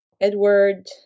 edward